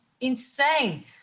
insane